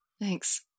Thanks